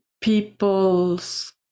people's